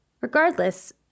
Regardless